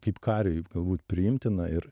kaip kariui galbūt priimtina ir